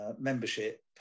Membership